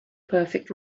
perfect